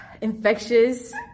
infectious